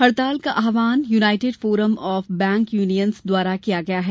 हड़ताल का आह्वान united forum of bank unions UFBU द्वारा किया गया है